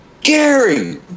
gary